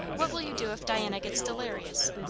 what will you do if diana gets delirious?